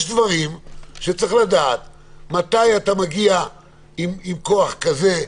יש דברים שצריך לדעת מתי אתה מגיע עם כוח כזה,